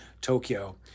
Tokyo